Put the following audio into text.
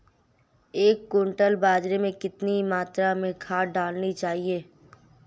एक क्विंटल बाजरे में कितनी मात्रा में खाद डालनी चाहिए?